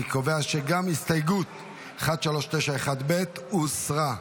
אני קובע שגם הסתייגות 1391ב הוסרה.